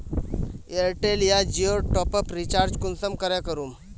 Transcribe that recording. Airtel या जियोर top आप रिचार्ज कुंसम करे करूम?